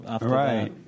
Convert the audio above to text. Right